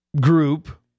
group